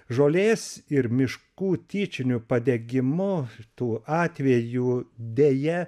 žolės ir miškų tyčiniu padegimu tų atvejų deja